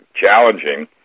challenging